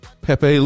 Pepe